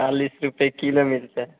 चालीस रुपये किलो मिलता है